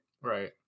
right